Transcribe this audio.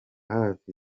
hafi